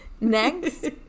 Next